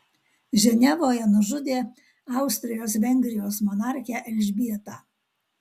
ženevoje nužudė austrijos vengrijos monarchę elžbietą